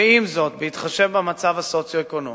ועם זאת, בהתחשב במצב הסוציו-אקונומי